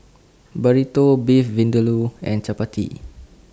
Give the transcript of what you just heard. Burrito Beef Vindaloo and Chapati